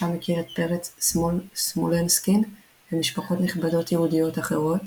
שם הכיר את פרץ סמולנסקין ומשפחות נכבדות יהודיות אחרות.